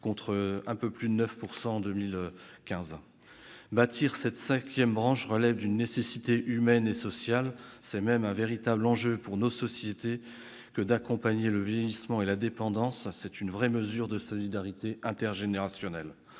contre un peu plus de 9 % en 2015. Bâtir cette cinquième branche relève d'une nécessité humaine et sociale. C'est même un véritable enjeu pour nos sociétés que d'accompagner le vieillissement et la dépendance. Il s'agit d'une véritable mesure de solidarité intergénérationnelle.